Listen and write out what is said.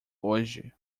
hoje